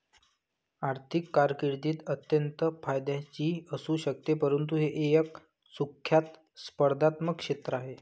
आर्थिक कारकीर्द अत्यंत फायद्याची असू शकते परंतु हे एक कुख्यात स्पर्धात्मक क्षेत्र आहे